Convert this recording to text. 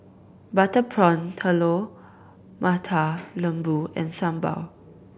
butter prawn Telur Mata Lembu and Sambal